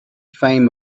fame